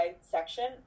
section